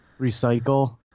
recycle